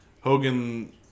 Hogan